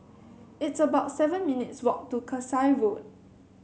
it's about seven minutes' walk to Kasai Road